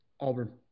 Auburn